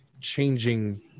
changing